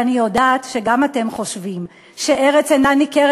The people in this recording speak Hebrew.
אני יודעת שגם אתם חושבים שארץ אינה ניכרת